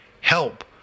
help